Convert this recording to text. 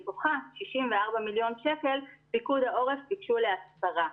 מתוכם 64 מיליון שקל פיקוד העורף ביקשו להסברה.